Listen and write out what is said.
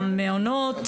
החינוך.